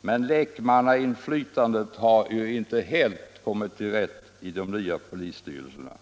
men lekmannainflytandet har inte helt kommit till sin rätt i de nya polisstyrelserna.